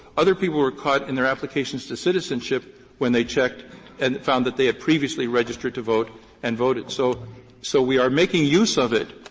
other people were caught in their applications to citizenship when they checked and found that they had previously registered to vote and voted. so so we are making use of it,